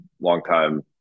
longtime